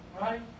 Right